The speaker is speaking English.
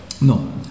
No